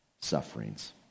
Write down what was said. sufferings